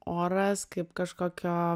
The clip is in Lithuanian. oras kaip kažkokio